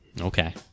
Okay